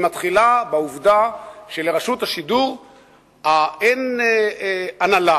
היא מתחילה בעובדה שלרשות השידור אין הנהלה